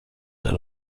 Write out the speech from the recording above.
داره